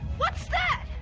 what's that?